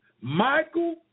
Michael